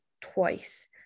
twice